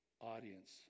Audience